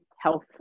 health